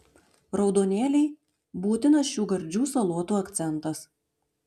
raudonėliai būtinas šių gardžių salotų akcentas